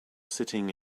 sitting